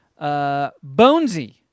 Bonesy